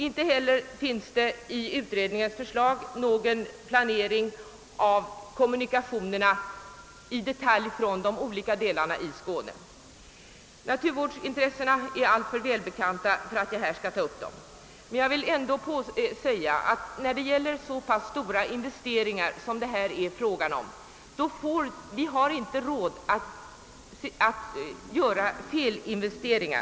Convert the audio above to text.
Inte heller finns det i utredningsförslaget någon detaljplanering av kommunikationerna från de olika delarna av Skåne. Naturvårdsintressena är alltför välbekanta för att här behöva tas upp, men jag vill ändå framhålla att när det gäller så pass stora investeringar som de ifrågavarande har vi inte råd att begå misstag.